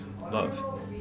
love